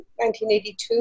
1982